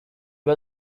was